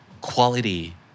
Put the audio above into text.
quality